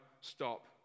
stop